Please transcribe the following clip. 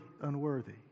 unworthy